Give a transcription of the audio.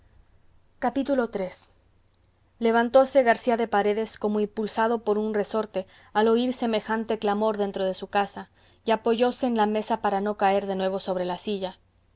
el afrancesado iii levantóse garcía de paredes como impulsado por un resorte al oír semejante clamor dentro de su casa y apoyóse en la mesa para no caer de nuevo sobre la silla